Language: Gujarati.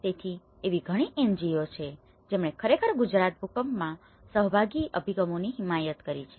તેથી એવી ઘણી NGO છે જેમણે ખરેખર ગુજરાત ભૂકંપમાં સહભાગી અભિગમોની હિમાયત કરી છે